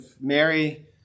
Mary